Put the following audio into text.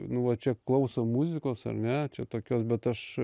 nu va čia klausom muzikos ar ne čia tokios bet aš